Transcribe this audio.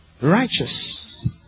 Righteous